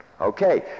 Okay